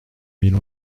mille